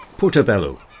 Portobello